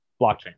blockchain